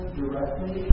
directly